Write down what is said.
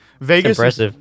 Vegas